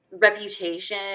reputation